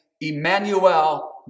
Emmanuel